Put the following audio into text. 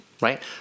Right